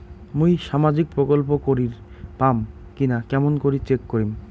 মুই সামাজিক প্রকল্প করির পাম কিনা কেমন করি চেক করিম?